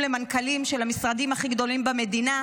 למנכ"לים של המשרדים הכי גדולים במדינה,